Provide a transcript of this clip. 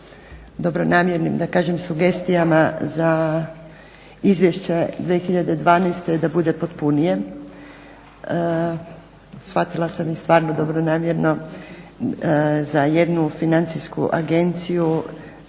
dobronamjernim, da kažem sugestijama za izvješće 2012. da bude potpunije. Shvatila sam i stvarno dobronamjerno za jednu financijsku agenciju